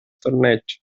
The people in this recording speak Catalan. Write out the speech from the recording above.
torneigs